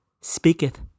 speaketh